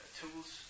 tools